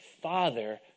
father